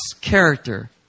character